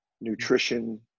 nutrition